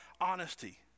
honesty